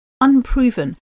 unproven